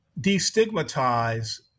destigmatize